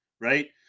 Right